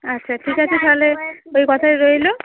আচ্ছা ঠিক আছে তাহলে ওই কথাই রইলো